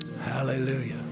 Hallelujah